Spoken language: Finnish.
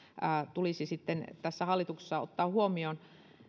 tulisi sitten tässä hallituksessa ottaa huomioon